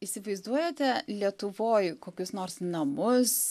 įsivaizduojate lietuvoj kokius nors namus